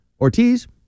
Ortiz